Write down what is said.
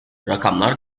rakamlar